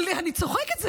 אני צוחקת,